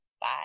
Bye